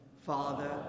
father